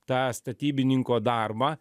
tą statybininko darbą